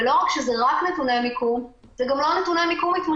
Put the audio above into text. ולכן נקבעו כללים מאוד מאוד מוגדרים בתקש"ח גם בהצעת החוק,